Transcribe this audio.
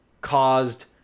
caused